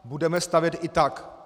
Budeme stavět i tak.